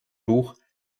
buch